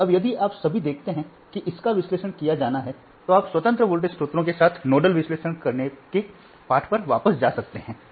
अब यदि आप सभी देखते हैं कि इसका विश्लेषण किया जाना है तो आप स्वतंत्र वोल्टेज स्रोतों के साथ नोडल विश्लेषण करने के पाठ पर वापस जा सकते हैं